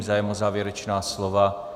Zájem o závěrečná slova?